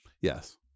Yes